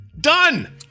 Done